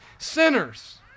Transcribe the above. sinners